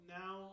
now